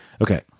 Okay